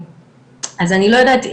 אז אני לא יודעת,